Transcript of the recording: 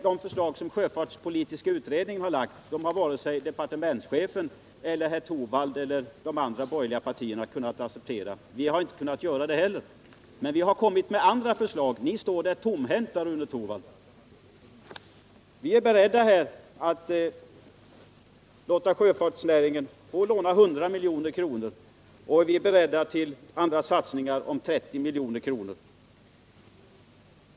De förslag som sjöfartspolitiska utredningen framlagt har varken departementschefen, herr Torwald eller de andra borgerliga partierna kunnat acceptera. Vi har inte heller kunnat göra det. Men vi framlägger andra förslag, medan ni står där tomhänta, Rune Torwald! Vi är beredda att låta sjöfartsnäringen låna 100 milj.kr., och vi är beredda till andra satsningar på 30 milj.kr.